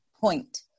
point